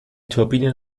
turbinen